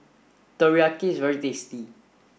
Teriyaki is very tasty